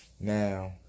Now